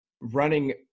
running